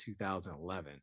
2011